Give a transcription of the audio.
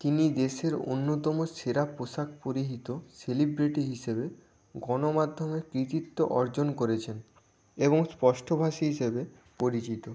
তিনি দেশের অন্যতম সেরা পোশাক পরিহিত সেলিব্রিটি হিসাবে গণমাধ্যমে কৃতিত্ব অর্জন করেছেন এবং স্পষ্টভাষী হিসাবে পরিচিত